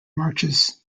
marches